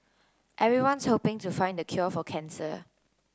everyone's hoping to find the cure for cancer